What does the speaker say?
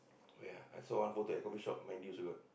wait ah I saw one photo at coffee shop Maidy also got